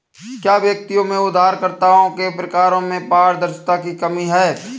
क्या व्यक्तियों में उधारकर्ताओं के प्रकारों में पारदर्शिता की कमी है?